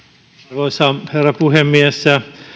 arvoisa herra puhemies